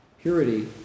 purity